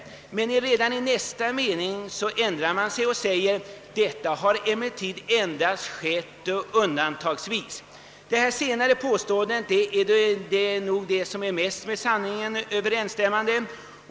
Men redan i nästa mening ändrar man sig och säger: »Detta har emellertid endast skett undantagsvis; ...» Det senare påståendet är nog mest med sanningen överensstämmande.